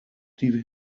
die